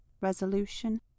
resolution